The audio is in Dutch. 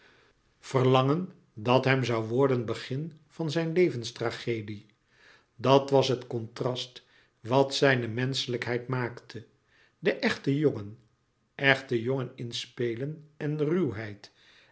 verlangen dat hem zoû worden begin van zijne levenstragedie dat was het contrast wat zijne menschelijkheid maakte de echte jongen echt jongen in spelen en ruwheid